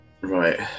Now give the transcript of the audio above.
Right